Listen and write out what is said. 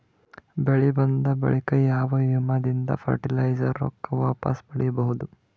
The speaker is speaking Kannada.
ಬೆಳಿ ಬಂದ ಬಳಿಕ ಯಾವ ವಿಮಾ ದಿಂದ ಫರಟಿಲೈಜರ ರೊಕ್ಕ ವಾಪಸ್ ಪಡಿಬಹುದು?